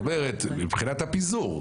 זאת אומרת, מבחינת הפיזור.